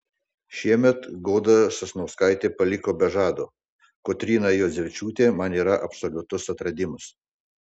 šiemet goda sasnauskaitė paliko be žado kotryna juodzevičiūtė man yra absoliutus atradimas